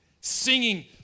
Singing